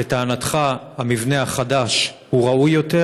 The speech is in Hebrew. לטענתך המבנה החדש ראוי יותר.